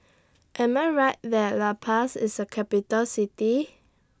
Am I Right that La Paz IS A Capital City